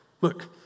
Look